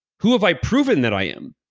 who have i proven that i am?